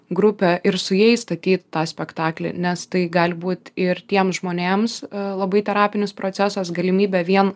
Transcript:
grupę ir su jais statyt tą spektaklį nes tai gali būt ir tiems žmonėms labai terapinis procesas galimybė vien